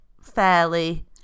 fairly